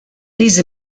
these